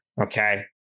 okay